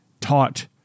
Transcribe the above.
taught